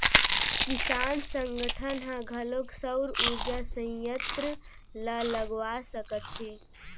किसान संगठन ह घलोक सउर उरजा संयत्र ल लगवा सकत हे